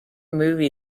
movie